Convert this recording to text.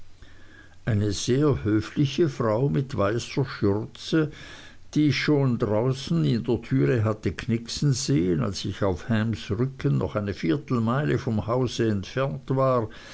eine sehr höfliche frau mit weißer schürze die ich schon draußen in der türe hatte knixen sehen als ich auf hams rücken noch eine viertelmeile vom hause entfernt war